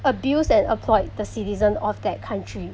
abuse and applied the citizen of that country